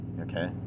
Okay